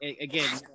again